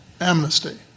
Amnesty